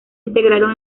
integraron